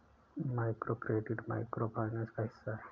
microcredit micro finance का हिस्सा है